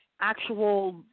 actual